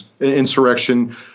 insurrection